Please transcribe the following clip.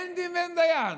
אין דין ואין דיין.